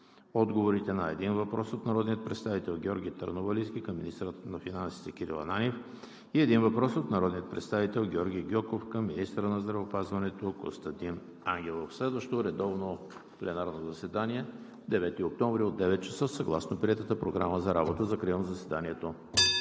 отговорите на: - един въпрос от народния представител Георги Търновалийски към министъра на финансите Кирил Ананиев; - един въпрос от народния представител Георги Гьоков към министъра на здравеопазването Костадин Ангелов. Следващо редовно пленарно заседание – 9 октомври 2020 г. от 9,00 ч. съгласно приетата Програма за работа. Закривам заседанието.